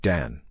Dan